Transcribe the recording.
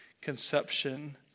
conception